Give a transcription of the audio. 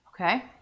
okay